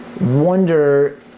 wonder